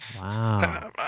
Wow